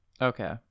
Okay